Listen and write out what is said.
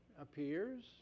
appears